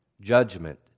judgment